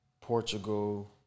portugal